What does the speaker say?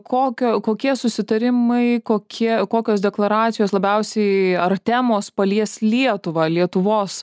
kokio kokie susitarimai kokie kokios deklaracijos labiausiai ar temos palies lietuvą lietuvos